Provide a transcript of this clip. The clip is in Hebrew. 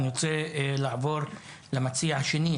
אני רוצה לעבור למציע השני,